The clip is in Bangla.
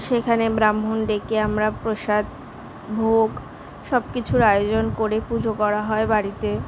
সেখানে ব্রাহ্মণ ডেকে আমরা প্রসাদ ভোগ সব কিছুর আয়োজন করে পুজো করা হয় বাড়িতে